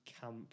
camp